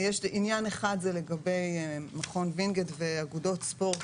עניין אחד זה לגבי מכון וינגייט ואגודות ספורט,